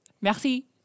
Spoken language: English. Merci